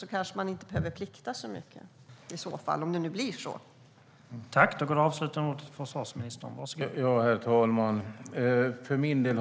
Då behöver man kanske inte plikta så mycket, om det nu skulle bli på det sättet.